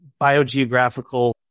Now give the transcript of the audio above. biogeographical